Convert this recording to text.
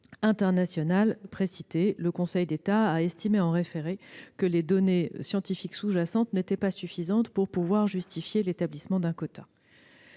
adaptative précité. Le Conseil d'État a estimé, en référé, que les données scientifiques sous-jacentes n'étaient pas suffisantes pour justifier l'établissement d'un quota.